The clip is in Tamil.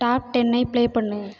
டாப் டென்னை பிளே பண்ணு